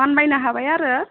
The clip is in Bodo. मानबायनो हाबाय आरो